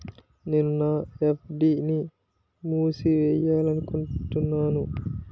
నేను నా ఎఫ్.డి ని మూసివేయాలనుకుంటున్నాను